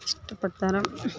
ಇಷ್ಟಪಡ್ತಾರೆ